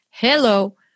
Hello